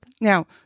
Now